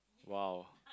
!wow!